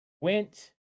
went